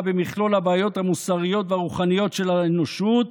במכלול הבעיות המוסריות והרוחניות של האנושות